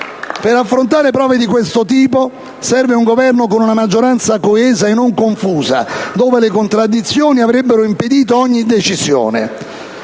Per affrontare prove di questo tipo serve un Governo con una maggioranza coesa e non confusa, dove le contraddizioni avrebbero impedito ogni decisione.